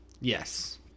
Yes